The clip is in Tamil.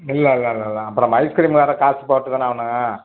இல்லை வராது அப்புறோம் ஐஸ்கிரீம் வேறு காசு போட்டு தானே ஆகணும்